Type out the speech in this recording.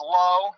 low